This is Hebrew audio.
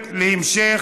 (העברת מכסות מהאזור או אליו),